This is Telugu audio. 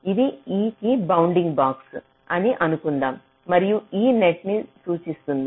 ఇది e కి బౌండింగ్ బాక్స్ అని అనుకుందాం మరియు e నెట్ ని సూచిస్తుంది